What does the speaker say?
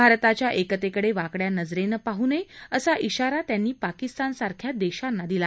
भारताच्या एकतेकडे वाकड्या नजरेनं पाहू नये असा इशारा त्यांनी पाकिस्तान सारख्या देशांना दिला